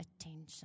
attention